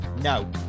No